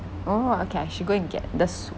oh okay I should go and get the soup